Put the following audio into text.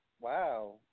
wow